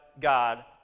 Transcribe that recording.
God